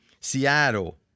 Seattle